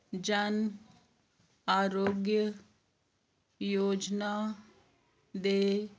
ਜਨ ਆਰੋਗਿਆ ਯੋਜਨਾ ਦੇ